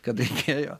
kada reikėjo